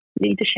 leadership